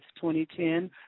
2010